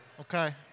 Okay